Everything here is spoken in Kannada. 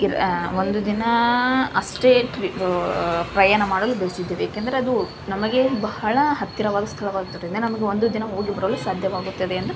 ಇರ ಒಂದು ದಿನ ಅಷ್ಟೇ ಇದ್ವಿ ಪ್ರಯಾಣ ಮಾಡಲು ಬಯಸಿದ್ವಿ ಏಕೆಂದರೆ ಅದು ನಮಗೆ ಬಹಳ ಹತ್ತಿರವಾದ ಸ್ಥಳವಾಗಿದ್ದರಿಂದ ನಮಗೆ ಒಂದು ದಿನ ಹೋಗಿ ಬರಲು ಸಾಧ್ಯವಾಗುತ್ತದೆ ಎಂದು